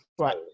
right